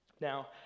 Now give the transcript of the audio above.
Now